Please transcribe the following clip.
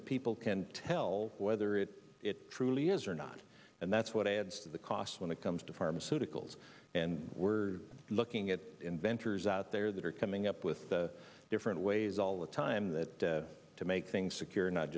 that people can tell whether it it truly is or not and that's what adds to the cost when it comes to pharmaceuticals and we're looking at inventors out there that are coming up with the different ways all the time that to make things secure not